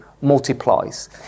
multiplies